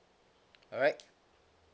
alright